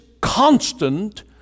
constant